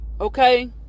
Okay